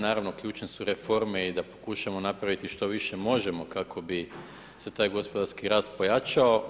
Naravno ključne su reforme i da pokušamo napraviti što više možemo kako bi se taj gospodarski rast pojačao.